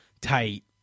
tight